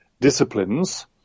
disciplines